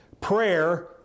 Prayer